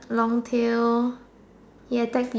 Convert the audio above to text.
long tail it attack pe